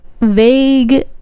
vague